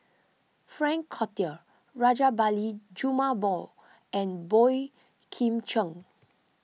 Frank Cloutier Rajabali Jumabhoy and Boey Kim Cheng